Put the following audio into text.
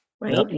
right